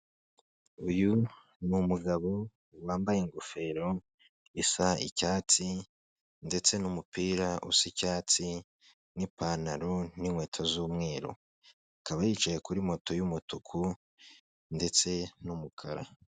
Uyu ni umugabo wambaye ingofero isa icyatsi ndetse n'umupira usa icyatsi n'ipantaro, n'inkweto z'umweru ikaba yicaye kuri moto isa umutuku ndetse n'umukara.